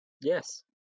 Yes